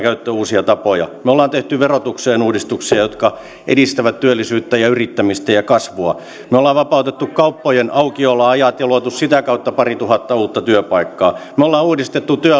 uusia tapoja me olemme tehneet verotukseen uudistuksia jotka edistävät työllisyyttä ja yrittämistä ja kasvua me olemme vapauttaneet kauppojen aukioloajat ja luoneet sitä kautta pari tuhatta uutta työpaikkaa me olemme uudistaneet